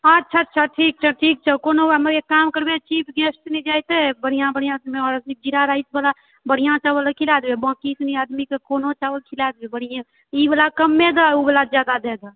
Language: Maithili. अच्छा अच्छा ठीक छौ ठीक छौ कोनो बात नहि हमे एक काम करबै चीफ गेस्ट मे जे छै से बढ़ियाॅं बढ़ियाॅं आदमीके जीरा राइस बढ़ियाॅं चावल वाला खिला देबै बाँकि कोनो आदमीके कोनो चावल खिला देबै ई वाला कमे दऽ ओ वाला जादा दे